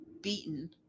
beaten